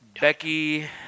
Becky